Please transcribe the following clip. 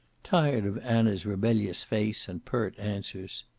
tired of anna's rebellious face and pert answers.